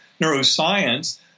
neuroscience